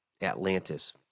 Atlantis